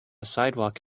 sidewalk